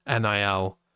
NIL